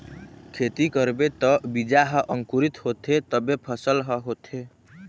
खेती करबे त बीजा ह अंकुरित होथे तभे फसल ह होथे